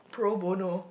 pro bono